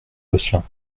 gosselin